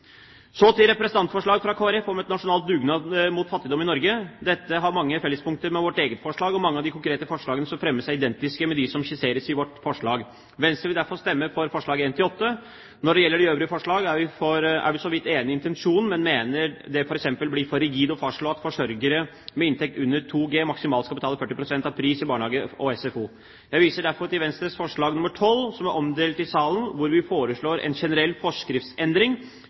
Så til representantforslaget fra Kristelig Folkeparti om en nasjonal dugnad mot fattigdom i Norge. Dette har mange fellespunkter med vårt eget forslag, og mange av de konkrete forslagene som fremmes, er identiske med dem som skisseres i vårt forslag. Venstre vil derfor stemme for forslagene nr. 1–8. Når det gjelder de øvrige forslag, er vi for så vidt enig i intensjonen, men mener det f.eks. blir for rigid å fastslå at forsørgere med inntekt under 2 G maksimalt skal betale 40 pst. av prisen for barnehage og SFO. Jeg viser derfor til Venstres forslag nr. 12, som er omdelt i salen, hvor vi foreslår en generell forskriftsendring,